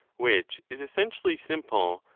which is essen tially simple,